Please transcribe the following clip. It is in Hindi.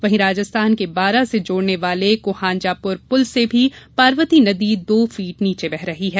वहीं राजस्थान के बारां से जोड़ने वाले कुहांजापुर पुल से भी पार्वती नदी दो फीट नीचे बह रही है